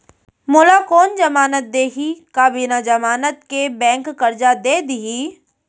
मोला कोन जमानत देहि का बिना जमानत के बैंक करजा दे दिही?